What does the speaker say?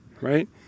right